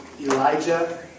Elijah